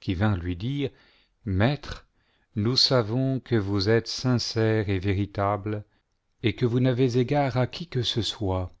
qui vinrent lui dire maître nous savons que vous êtes sincere véritable et que vous n'avez égard à qui que ce soit